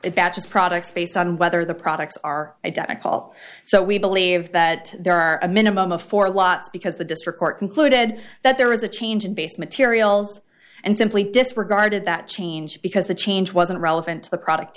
bachus products based on whether the products are identical so we believe that there are a minimum of four lots because the district court concluded that there was a change in base materials and simply disregarded that change because the change wasn't relevant to the product